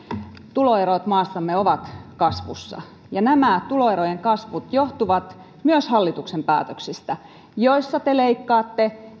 tuloerot maassamme ovat kasvussa nämä tuloerojen kasvut johtuvat myös hallituksen päätöksistä joilla te leikkaatte